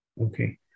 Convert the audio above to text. okay